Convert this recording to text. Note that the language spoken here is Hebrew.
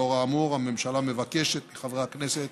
לאור האמור, הממשלה מבקשת מחברי הכנסת